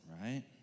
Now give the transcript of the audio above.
right